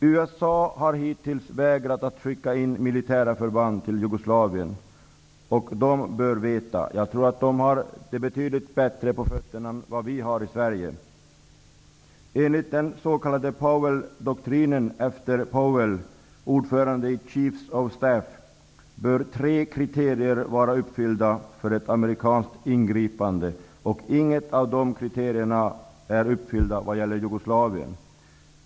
USA har hittills vägrat att skicka militära förband till Jugoslavien, och i USA bör man veta. Jag tror nämligen att man i USA har betydligt bättre på fötterna än vad vi i Sverige har. Enligt den s.k. Powelldoktrinen -- efter Powell som var ordförande i Chiefs of the Staff -- bör tre kriterier vara uppfyllda för ett amerikanskt ingripande. Inget av dessa kriterier är uppfylld vad gäller Jugoslavien.